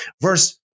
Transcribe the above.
Verse